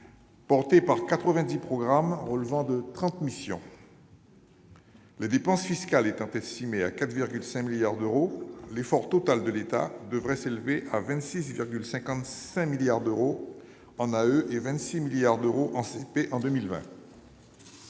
portés par 90 programmes relevant de 30 missions. Les dépenses fiscales étant estimées à 4,5 milliards d'euros, l'effort total de l'État devrait s'élever à 26,55 milliards d'euros en AE et à 26 milliards d'euros en CP en 2020.